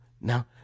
Now